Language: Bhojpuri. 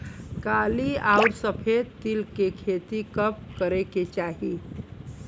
काली अउर सफेद तिल के खेती कब करे के चाही?